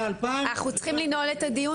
אנחנו צריכים לנעול את הדיון,